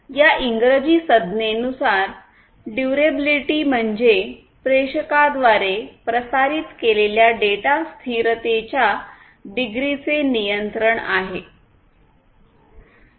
या इंग्रजी संज्ञेनुसार ड्युरेबलिटी म्हणजे प्रेषकाद्वारे प्रसारित केलेल्या डेटा स्थिरतेच्या डिग्रीचे नियंत्रण आहे